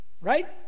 right